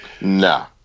Nah